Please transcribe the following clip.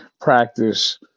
practice